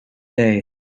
day